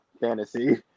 fantasy